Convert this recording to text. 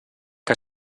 que